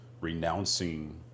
renouncing